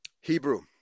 Hebrew